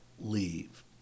leave